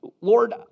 Lord